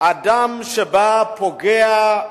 אדם שפוגע,